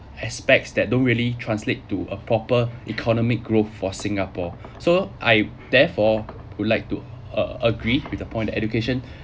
aspects that don't really translate to a proper economic growth for singapore so I therefore would like to uh agree with the point education